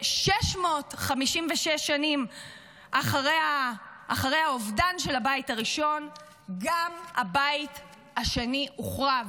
ו-656 שנים אחרי האובדן של הבית הראשון גם הבית השני הוחרב.